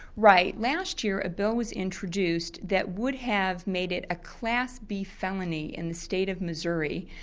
right. last year a bill was introduced that would have made it a class b felony in the state of missouri,